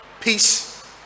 peace